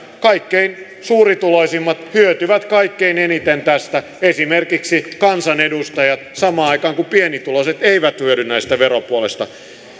kaikkein suurituloisimmat hyötyvät kaikkein eniten tästä esimerkiksi kansanedustajat samaan aikaan kun pienituloiset eivät hyödy tästä veropuolesta